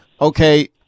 okay